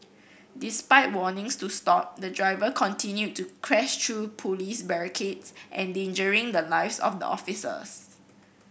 despite warnings to stop the driver continued to crash through police barricades endangering the lives of the officers